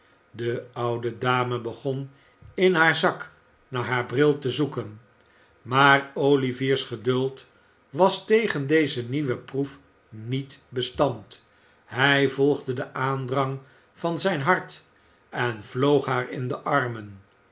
de oude dame begon in haar zak naar haar bril te zoeken maar olivier's geduld was tegen deze nieuwe proef niet bestand hij volgde den aandrang van zijn hart en vloog haar in de armen